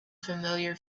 familiar